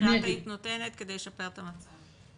שהיית נותנת כדי לשפר את המצב?